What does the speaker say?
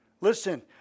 Listen